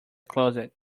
closet